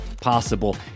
Possible